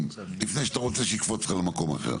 לפני שאתה רוצה שיקפוץ לך למקום אחר.